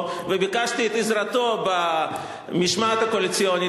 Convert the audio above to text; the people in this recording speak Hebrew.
וביקשתי את עזרתו עם המשמעת הקואליציונית.